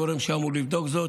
מי הגורם שאמור לבדוק זאת.